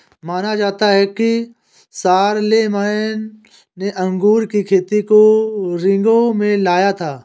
माना जाता है कि शारलेमेन ने अंगूर की खेती को रिंगौ में लाया था